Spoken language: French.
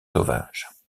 sauvages